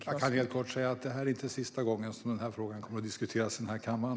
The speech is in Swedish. Fru talman! Jag kan helt kort säga att det inte är sista gången som den här frågan diskuteras i kammaren.